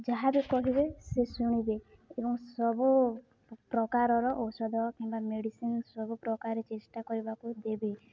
ଯାହା ବି କହିବେ ସେ ଶୁଣିବେ ଏବଂ ସବୁ ପ୍ରକାରର ଔଷଧ କିମ୍ବା ମେଡ଼ିସିନ୍ ସବୁପ୍ରକାର ଚେଷ୍ଟା କରିବାକୁ ଦେବେ